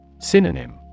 Synonym